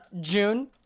June